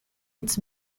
its